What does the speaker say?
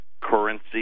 currency